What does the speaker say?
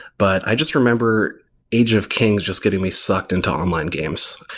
but i just remember age of kings just getting me sucked into online games.